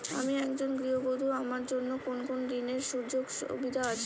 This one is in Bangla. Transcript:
আমি একজন গৃহবধূ আমার জন্য কোন ঋণের সুযোগ আছে কি?